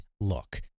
look